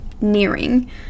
nearing